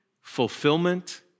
fulfillment